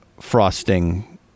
Frosting